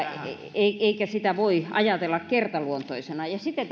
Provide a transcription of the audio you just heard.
eikä sitä voi ajatella kertaluontoisena ja sitten